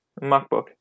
MacBook